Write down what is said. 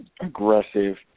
aggressive